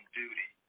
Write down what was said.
duty